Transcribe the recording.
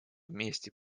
вместе